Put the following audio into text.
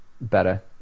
better